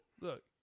Look